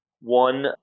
one